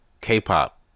K-pop